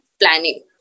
planning